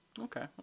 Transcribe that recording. Okay